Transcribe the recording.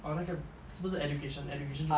orh 那个是不是 education education 就